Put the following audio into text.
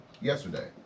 yesterday